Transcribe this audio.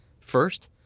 First